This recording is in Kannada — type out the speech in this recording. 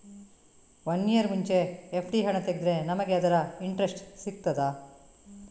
ವನ್ನಿಯರ್ ಮುಂಚೆ ಎಫ್.ಡಿ ಹಣ ತೆಗೆದ್ರೆ ನಮಗೆ ಅದರ ಇಂಟ್ರೆಸ್ಟ್ ಸಿಗ್ತದ?